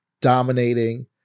dominating